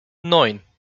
neun